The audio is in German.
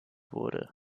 wurde